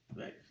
Right